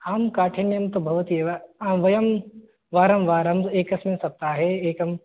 आम् काठिन्यं तु भवत्येव वयं वारंवारम् एकस्मिन् सप्ताहे एकं